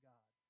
God